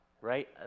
Right